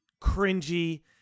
cringy